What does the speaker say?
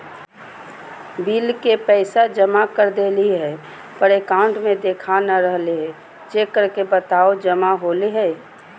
Bill के पैसा जमा कर देलियाय है पर अकाउंट में देखा नय रहले है, चेक करके बताहो जमा होले है?